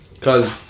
Cause